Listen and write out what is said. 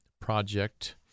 project